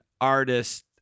artist